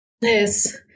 yes